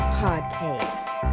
podcast